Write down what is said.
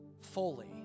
fully